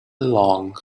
along